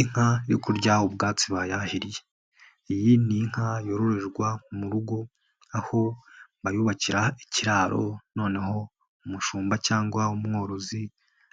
Inka iri kuryaho ubwatsi bayahiriye, iyi ni inka yororerwa mu rugo aho bayubakira ikiraro noneho umushumba cyangwa umworozi